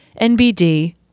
NBD